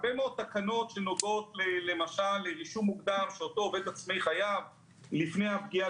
יש הרבה תקנות שנוגעות לרישום מוקדם שאותו עובד עצמאי חייב לפני הפגיעה